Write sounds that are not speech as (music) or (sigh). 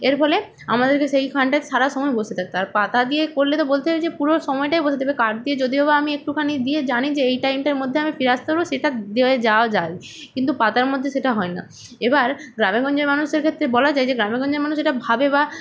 এর ফলে আমাদেরকে সেইখানটায় সারা সময় বসে থাকতে হয় আর পাতা দিয়ে করলে তো বলতে হয় যে পুরো সময়টাই বসে (unintelligible) এবার কাট দিয়ে যদিও বা আমি একটুখানি দিয়ে জানি যে এই টাইমটার মধ্যে আমি ফিরে আসতে পারব সেটা দিয়ে যাওয়া যায় কিন্তু পাতার মধ্যে সেটা হয় না এবার গ্রামেগঞ্জের মানুষের ক্ষেত্তে বলা যায় যে গ্রামেগঞ্জের মানুষ এটা ভাবে বা